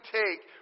take